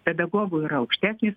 pedagogų yra aukštesnis